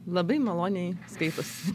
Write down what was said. labai maloniai skaitosi